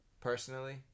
personally